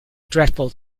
dreadful